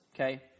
okay